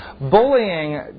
Bullying